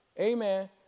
Amen